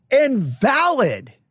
invalid